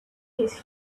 his